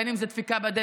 בין אם זה דפיקה בדלת,